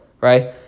right